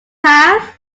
have